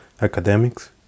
academics